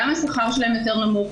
גם השכר שלהן יותר נמוך,